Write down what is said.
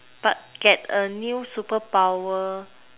but get a new superpower